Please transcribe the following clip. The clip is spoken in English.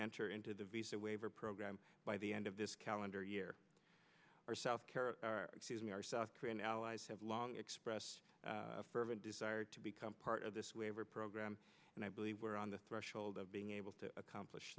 enter into the visa waiver program by the end of this calendar year our south care of our south korean allies have long expressed fervent desire to become part of this waiver program and i believe we're on the threshold of being able to accomplish